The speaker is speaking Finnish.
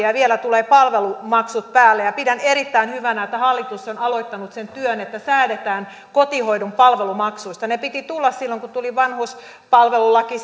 ja vielä palvelumaksut tulevat päälle pidän erittäin hyvänä että hallitus on aloittanut sen työn että säädetään kotihoidon palvelumaksuista niiden piti tulla silloin kun tuli vanhuspalvelulaki